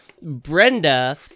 Brenda